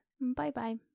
Bye-bye